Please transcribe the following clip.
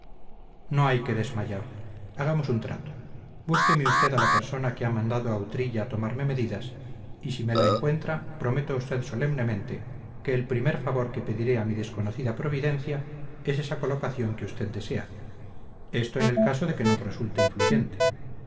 no hay que desmayar hagamos un trato búsqueme usted a la persona que ha mandado a utrilla tomarme medidas y si me la encuentra prometo a usted solemnemente que el primer favor que pediré a mi desconocida providencia es esa colocación que usted desea esto en el caso de que nos resulte influyente